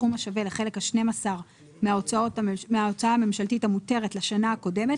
סכום השווה לחלק ה-12 מההוצאה הממשלתית המותרת או